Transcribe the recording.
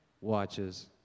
watches